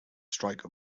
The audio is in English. strike